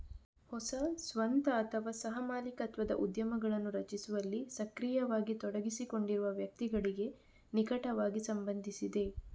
ಹೊಸ ಸ್ವಂತ ಅಥವಾ ಸಹ ಮಾಲೀಕತ್ವದ ಉದ್ಯಮಗಳನ್ನು ರಚಿಸುವಲ್ಲಿ ಸಕ್ರಿಯವಾಗಿ ತೊಡಗಿಸಿಕೊಂಡಿರುವ ವ್ಯಕ್ತಿಗಳಿಗೆ ನಿಕಟವಾಗಿ ಸಂಬಂಧಿಸಿದೆ